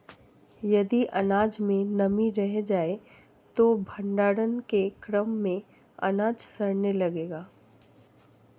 यदि अनाज में नमी रह जाए तो भण्डारण के क्रम में अनाज सड़ने लगेगा